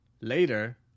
Later